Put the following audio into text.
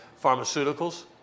pharmaceuticals